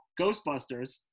Ghostbusters